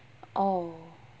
oh